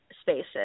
spaces